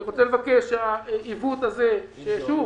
אני רוצה לבקש שהעיוות הזה שהוא,